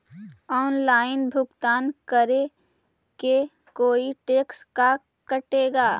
Online भुगतान करे को कोई टैक्स का कटेगा?